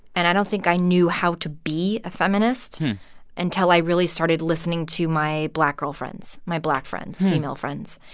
and i don't think i knew how to be a feminist until i really started listening to my black girlfriends, my black friends, female friends.